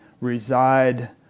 reside